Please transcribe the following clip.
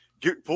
Get